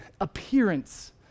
appearance